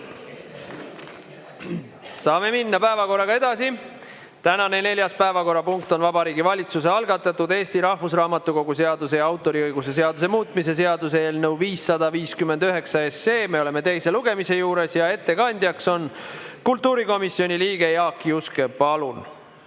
Saame minna päevakorraga edasi. Tänane neljas päevakorrapunkt on Vabariigi Valitsuse algatatud Eesti Rahvusraamatukogu seaduse ja autoriõiguse seaduse muutmise seaduse eelnõu (559 SE). Me oleme teise lugemise juures ja ettekandjaks on kultuurikomisjoni liige Jaak Juske. Palun!